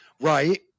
Right